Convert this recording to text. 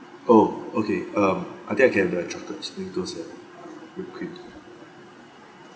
oh okay um I get the chocolate sprinkler and milk cream